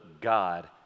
God